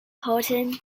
houghton